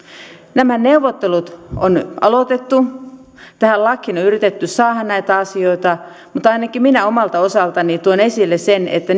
nämä neuvottelut on aloitettu tähän lakiin on on yritetty saada näitä asioita mutta ainakin minä omalta osaltani tuon esille sen että